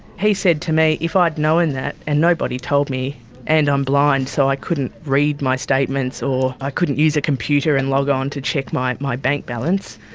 he said to me, if i had known that, and nobody told me and i'm blind so i couldn't read my statements or i couldn't use a computer and log on and check my my bank balance,